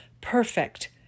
perfect